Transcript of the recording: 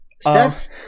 Steph